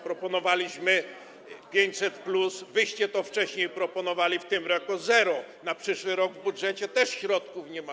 Proponowaliśmy 500+, wyście to wcześniej proponowali - w tym roku zero, na przyszły rok w budżecie też środków nie ma.